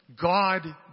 God